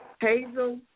Hazel